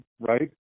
right